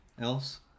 else